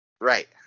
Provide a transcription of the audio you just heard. Right